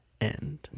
end